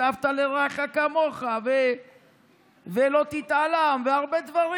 "ואהבת לרעך כמוך", ו"לא תתעלם" והרבה דברים.